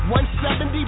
170